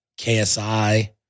KSI